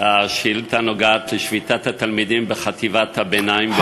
השאילתה נוגעת בשביתת התלמידים בחטיבת הביניים,